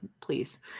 please